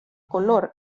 color